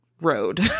road